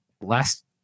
last